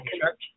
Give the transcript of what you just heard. Church